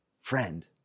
Friend